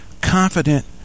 confident